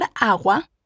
agua